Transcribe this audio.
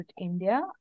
India